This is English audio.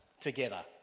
together